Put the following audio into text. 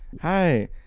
Hi